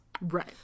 Right